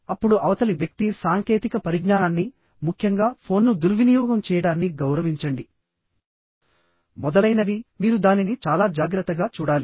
అప్పుడు అవతలి వ్యక్తి సాంకేతిక పరిజ్ఞానాన్ని ముఖ్యంగా ఫోన్ను దుర్వినియోగం చేయడాన్ని గౌరవించండి మొదలైనవి మీరు దానిని చాలా జాగ్రత్తగా చూడాలి